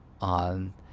on